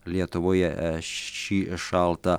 lietuvoje šį šaltą